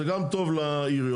זה גם טוב לעיריות,